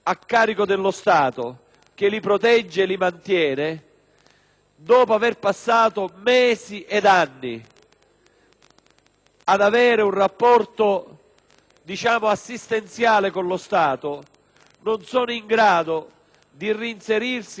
ed anni in un rapporto assistenziale con lo Stato non sono in grado di reinserirsi nella società e nel mercato del lavoro attraverso una attività autonoma, anche perché molti di questi non sono imprenditori.